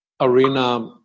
arena